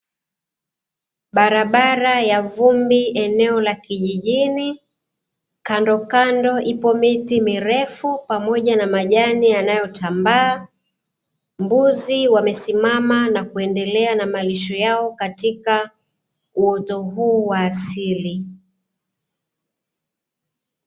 Barabara ya vumbi eneo la kijijini, kando kando ipo miti mirefu pamoja na majani yanayotambaa, mbuzi wamesimama na kuendelea na malisho yao katika uoto huu wa asili.